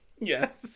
Yes